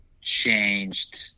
changed